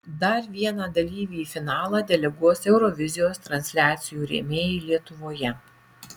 dar vieną dalyvį į finalą deleguos eurovizijos transliacijų rėmėjai lietuvoje